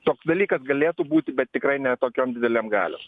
toks dalykas galėtų būti bet tikrai ne tokiom didelėm galios